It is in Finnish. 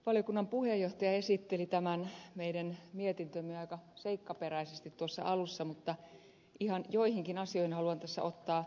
valiokunnan puheenjohtaja esitteli tämän meidän mietintömme aika seikkaperäisesti tuossa alussa mutta ihan joihinkin asioihin haluan tässä ottaa kantaa